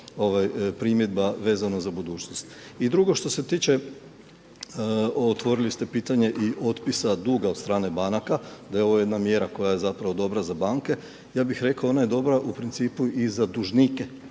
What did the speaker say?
primjedba vezana za budućnost. I drugo što se tiče otvorili ste pitanje i otpisa duga od strane banaka da je ovo jedna mjera koja je zapravo dobra za banke. Ja bih rekla ona je dobra u principu i za dužnike,